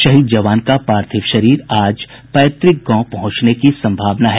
शहीद जवान का पार्थिव शरीर आज पैतृक गांव पहुंचने की संभावना है